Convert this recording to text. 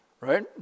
right